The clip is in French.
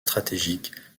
stratégiques